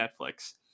Netflix